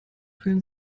fühlen